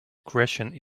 crashing